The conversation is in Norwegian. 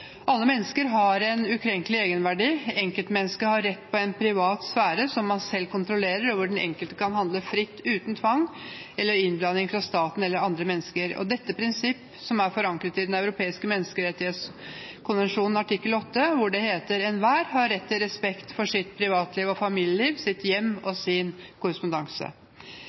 Alle mennesker har en ukrenkelig egenverdi. Enkeltmennesket har rett til en privat sfære som man selv kontrollerer, og hvor den enkelte kan handle fritt uten tvang eller innblanding fra staten eller fra andre mennesker. Dette prinsipp er forankret i Den europeiske menneskerettighetskonvensjonen, artikkel 8, hvor det heter at «enhver har rett til respekt for sitt privatliv og familieliv, sitt hjem og sin